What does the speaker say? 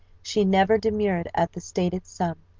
she never demurred at the stated sum.